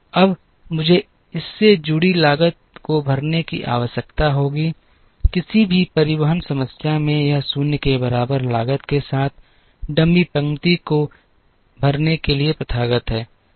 अब मुझे इससे जुड़ी लागत को भरने की आवश्यकता होगी किसी भी परिवहन समस्या में यह 0 के बराबर लागत के साथ डमी पंक्ति को भरने के लिए प्रथागत है